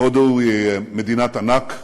הודו היא מדינת ענק,